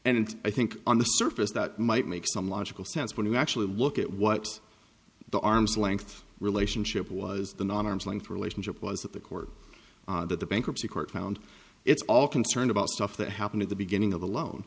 and i think on the surface that might make some logical sense when you actually look at what the arm's length relationship was the non arm's length relationship was that the court that the bankruptcy court found its all concerned about stuff that happened at the beginning of